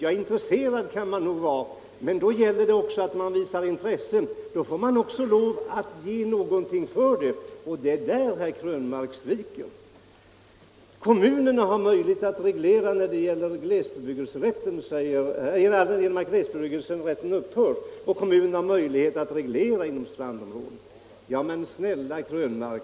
Ja, intresserad kan man nog vara, men då får man också lov att ge någonting för det, och det är där herr Krönmark sviker. Genom att glesbebyggelserätten upphör får kommunerna möjlighet att reglera inom strandområden, säger herr Krönmark.